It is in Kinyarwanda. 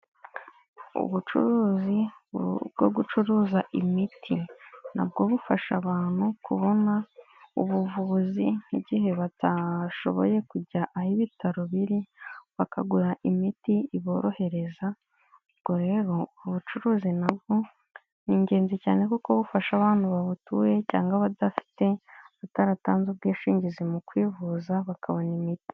Ubucuruzi bwo gucuruza imiti nabwo bufasha abantu kubona ubuvuzi nk'igihe batashoboye kujya aho ibitaro biri, bakagura imiti iborohereza, ubwo rero ubucuruzi nabwo ni ingenzi cyane kuko bufasha abantu babutuye cyangwa abadafite, abataratanze ubwishingizi mu kwivuza bakabona imiti.